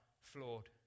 flawed